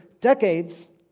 decades